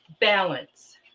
balance